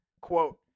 Quote